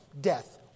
death